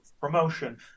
promotion